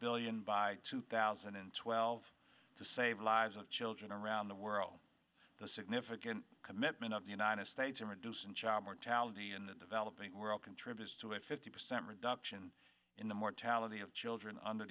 billion by two thousand and twelve to save lives of children around the world the significant commitment of the united states in reducing child mortality in the developing world contributes to a fifty percent reduction in the mortality of children under